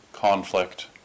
conflict